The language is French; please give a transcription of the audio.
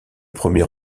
premier